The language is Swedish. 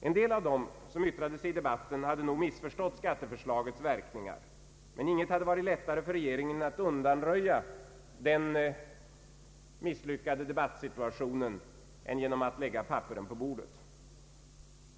En del av dem som yttrade sig i debatten hade nog missförstått skatteförslagets verkningar, men inget hade varit lättare för regeringen än att undanröja detta genom att lägga papperen på bordet.